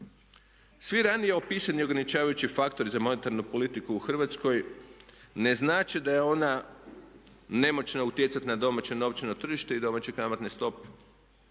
Svi ranije opisani ograničavajući faktori za monetarnu politiku u Hrvatskoj ne znače da je ona nemoćna utjecati na domaće novčano tržište i domaće kamatne stope.